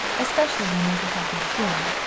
especially when there's a healthy skin.